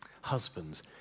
Husbands